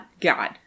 God